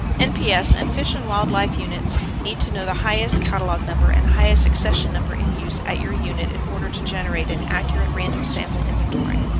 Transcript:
nps and fish and wildlife units need to know the highest catalog number and high accession number in use at your unit in order to generate an accurate random sample inventory.